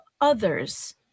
others